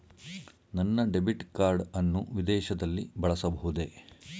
ನನ್ನ debit card ಅನ್ನು ವಿದೇಶದಲ್ಲಿ ಬಳಸಬಹುದೇ?